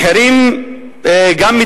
גם המחירים מטפסים,